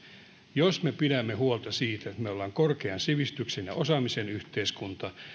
jos me pidämme huolta siitä että me olemme korkean sivistyksen ja osaamisen yhteiskunta